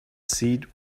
seat